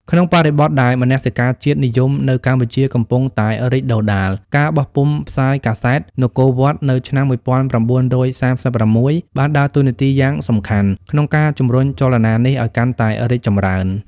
ក្នុងបរិបទដែលមនសិការជាតិនិយមនៅកម្ពុជាកំពុងតែរីកដុះដាល ការបោះពុម្ពផ្សាយកាសែត នគរវត្ត នៅឆ្នាំ១៩៣៦ បានដើរតួនាទីយ៉ាងសំខាន់ក្នុងការជំរុញចលនានេះឱ្យកាន់តែរីកចម្រើន។